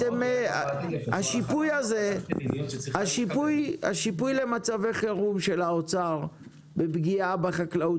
השיפוי הזה למצבי חירום של האוצר ופגיעה בחקלאות,